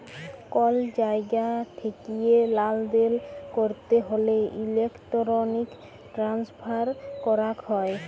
call জায়গা ঠেকিয়ে লালদেল ক্যরতে হ্যলে ইলেক্ট্রনিক ট্রান্সফার ক্যরাক হ্যয়